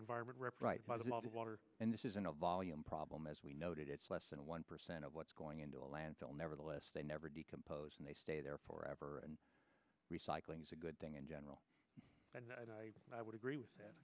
environment rep right by the flood water and this isn't a volume problem as we noted it's less than one percent of what's going into a landfill nevertheless they never decompose and they stay there forever and recycling is a good thing in general and i would agree with